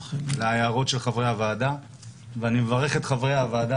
להערות של חברי הוועדה ואני מברך את חברי הוועדה,